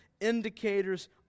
indicators